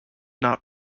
not